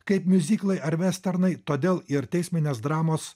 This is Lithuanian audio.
kaip miuziklai ar vesternai todėl ir teisminės dramos